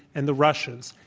and the russians.